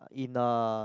in a